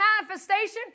manifestation